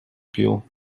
пил